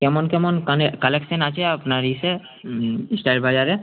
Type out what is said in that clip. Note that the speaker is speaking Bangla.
কেমন কেমন কানে কালেকশান আছে আপনার ইসে স্টাইল বাজারে